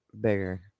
bigger